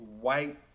white